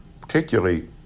particularly